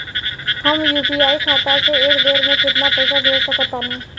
हम यू.पी.आई खाता से एक बेर म केतना पइसा भेज सकऽ तानि?